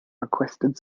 requested